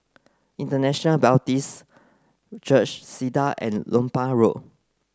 International Baptist Church Segar and Lompang Road